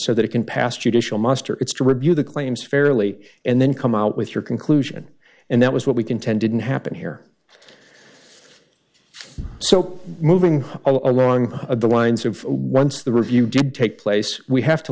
so that it can pass judicial muster it's to review the claims fairly and then come out with your conclusion and that was what we contend didn't happen here so moving along the lines of once the review did take place we have to